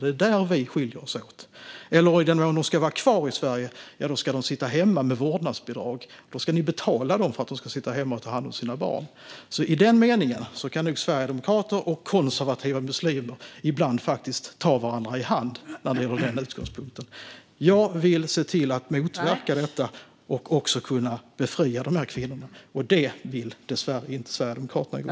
Det är där vi skiljer oss åt. I den mån kvinnorna ska vara kvar i Sverige ska de enligt Sverigedemokraterna sitta hemma med vårdnadsbidrag. Då ska ni betala dem för att sitta hemma och ta hand om sina barn, Richard Jomshof. I den meningen kan nog sverigedemokrater och konservativa muslimer faktiskt ta varandra i hand ibland när det gäller den utgångspunkten. Jag vill se till att motverka detta och kunna befria kvinnorna. Det vill dessvärre inte Sverigedemokraterna.